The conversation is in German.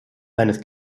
seines